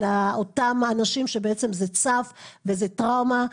אותם האנשים שזה צף וזה טראומה.